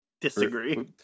disagree